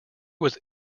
was